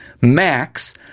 Max